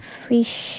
fish